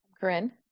Corinne